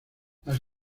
las